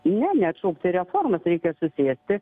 ne neatšaukti reformos reikia susieti